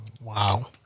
Wow